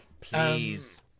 please